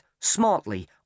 smartly